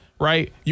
right